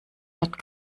wird